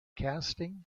casting